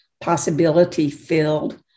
possibility-filled